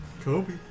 Kobe